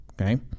okay